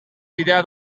bidea